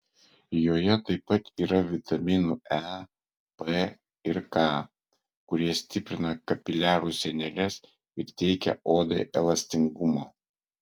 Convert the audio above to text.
joje taip pat yra vitaminų e p ir k kurie stiprina kapiliarų sieneles ir teikia odai elastingumo